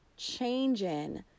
changing